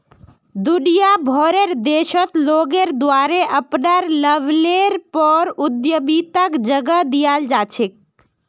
दुनिया भरेर देशत लोगेर द्वारे अपनार लेवलेर पर उद्यमिताक जगह दीयाल जा छेक